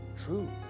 true